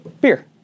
Beer